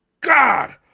God